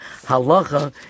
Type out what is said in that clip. halacha